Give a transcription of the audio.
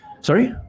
Sorry